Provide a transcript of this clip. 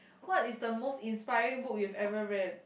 what is the most inspiring book you've ever read